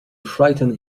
frighten